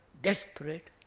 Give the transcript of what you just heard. desperate.